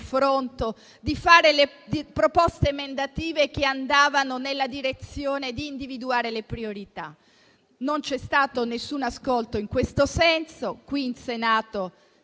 di fare proposte emendative che andassero nella direzione di individuare le priorità. Non c'è stato alcun ascolto in questo senso e qui in Senato